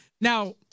Now